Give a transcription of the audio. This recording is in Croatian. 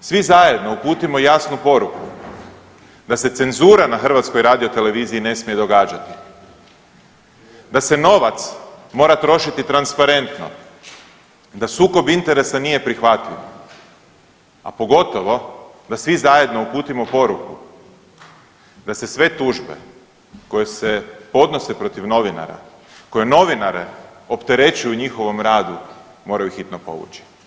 svi zajedno uputimo jasnu poruku da se cenzura na HRT-u ne smije događati, da se novac mora trošiti transparentno, da sukob interesa nije prihvatljiv, a pogotovo da svi zajedno uputimo poruku da se sve tužbe koje se odnose protiv novinara, koje novinare opterećuju u njihovom radu, moraju hitno povući.